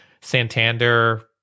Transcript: Santander